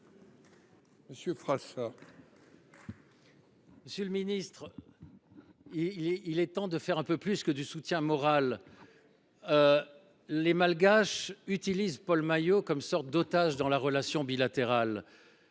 Monsieur le ministre, il est temps de faire un peu plus que du soutien moral… Oui ! Les autorités malgaches utilisent Paul Maillot comme un otage dans leurs relations bilatérales